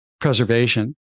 preservation